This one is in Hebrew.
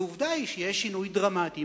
והעובדה היא שיש שינוי דרמטי,